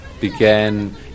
began